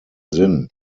sinn